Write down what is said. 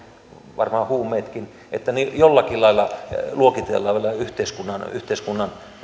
varmaan huumeetkin jollakin lailla luokitellaan vielä yhteiskunnan